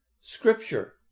scripture